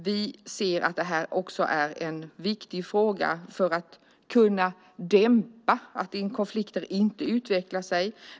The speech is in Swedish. Vi ser att det här är en viktig insats för att se till att konflikter inte utvecklas.